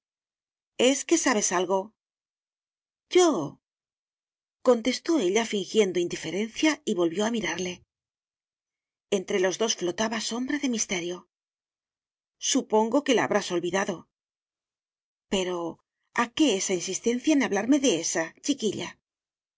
es que sabes algo yo contestó ella fingiendo indiferencia y volvió a mirarle entre los dos flotaba sombra de misterio supongo que la habrás olvidado pero a qué esta insistencia en hablarme de esa chiquilla